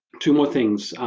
two more things.